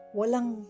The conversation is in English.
walang